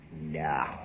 No